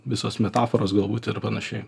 visos metaforos galbūt ir panašiai